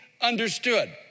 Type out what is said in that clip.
understood